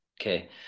Okay